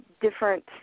different